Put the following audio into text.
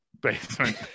Basement